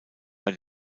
bei